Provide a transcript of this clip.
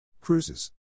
Cruises